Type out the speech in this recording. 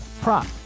prop